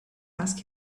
ask